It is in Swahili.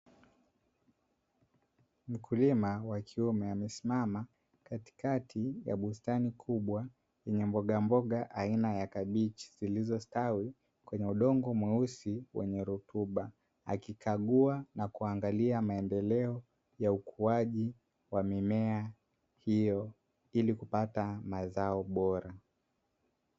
Mkulima wa kiume amesimama katikati ya bustani kubwa yenye mbogamboga aina ya kabichi, zilizostawi kwenye udongo mweusi wenye rutuba. Akikagua na kuangalia maendeleo ya ukuaji wa mimea hiyo ili kupata mazao bora.